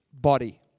body